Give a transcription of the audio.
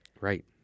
Right